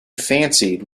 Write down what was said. fancied